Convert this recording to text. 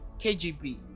kgb